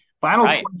Final